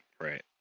Right